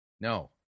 No